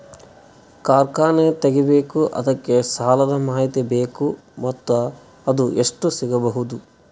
ಕಾರ್ಖಾನೆ ತಗಿಬೇಕು ಅದಕ್ಕ ಸಾಲಾದ ಮಾಹಿತಿ ಬೇಕು ಮತ್ತ ಅದು ಎಷ್ಟು ಸಿಗಬಹುದು?